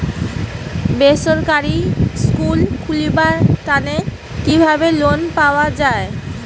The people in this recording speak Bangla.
বেসরকারি স্কুল খুলিবার তানে কিভাবে লোন পাওয়া যায়?